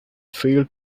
failed